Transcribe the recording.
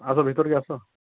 ଆସ ଭିତ୍ରକେ ଆସ